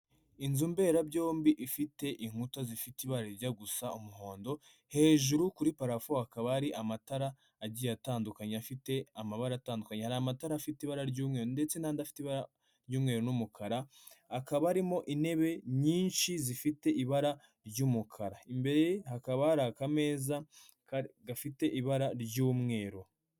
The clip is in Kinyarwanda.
Inzu mberabyombi ifite inkuta zifite ibara rijya gusa umuhondo. Hejuru kuri parafo hakaba hari amatara agiye atandukanye afite amabara atandukanye. Hari amatara afite ibara ry'umweru ndetse n'andi afite ibara ry'umweru n'umukara. Hakaba harimo intebe nyinshi zifite ibara ry'umukara. Imbere hakaba hari akameza gafite ibara ry'umweru.